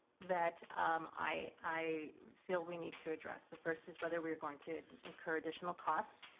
that i feel we need to address. the first is whether we are going to incur additional costs.